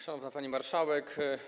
Szanowna Pani Marszałek!